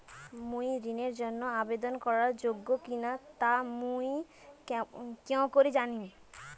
মুই ঋণের জন্য আবেদন করার যোগ্য কিনা তা মুই কেঙকরি জানিম?